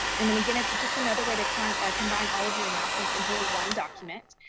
i mean again, it's just another way to kind of combine all of your announcements into ah one document.